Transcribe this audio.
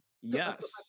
yes